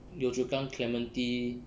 yio chu kang clementi